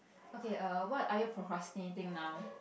okay err what are you procrastinating now